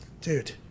Dude